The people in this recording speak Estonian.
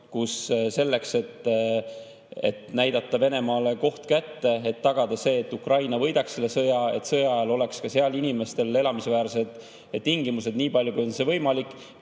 kus selleks, et näidata Venemaale koht kätte, et tagada see, et Ukraina võidaks selle sõja, et ka sõja ajal oleks seal inimestel elamisväärsed tingimused nii palju, kui on võimalik,